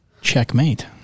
checkmate